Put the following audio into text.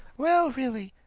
well, really,